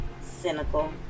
cynical